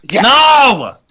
No